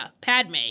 Padme